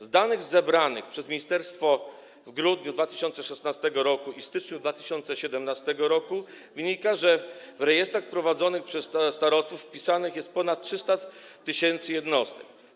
Z danych zebranych przez ministerstwo w grudniu 2016 r. i styczniu 2017 r. wynika, że w rejestrach prowadzonych przez starostów wpisanych jest ponad 300 tys. jednostek.